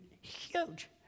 huge